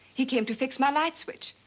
he came to fix my light switch.